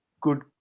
good